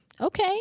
okay